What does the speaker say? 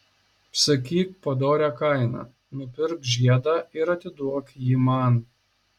sakyk padorią kainą nupirk žiedą ir atiduok jį man